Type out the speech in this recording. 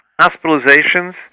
hospitalizations